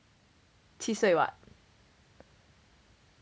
七岁 [what]